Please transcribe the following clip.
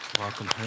welcome